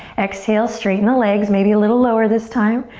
exhale, straighten the legs, maybe a little lower this time.